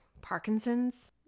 Parkinson's